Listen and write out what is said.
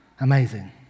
Amazing